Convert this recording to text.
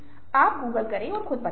आप Google करे और पता करें